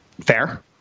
Fair